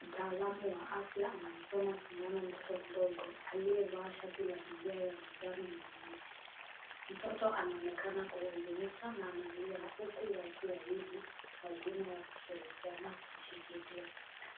Mtaalamu wa afya anamchoma sindano mtoto mdogo, aliyevaa shati la milia ya manjano na nyeusi. Mtoto anaonekana kuhuzunika, na analia huku watu wawili wazima wakishirikiana kumshikilia.